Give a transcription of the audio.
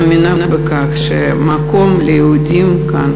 מאמינה בכך שהמקום ליהודים הוא כאן,